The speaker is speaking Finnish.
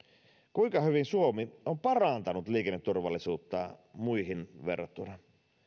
kuinka hyvin suomi on parantanut liikenneturvallisuutta muihin verrattuna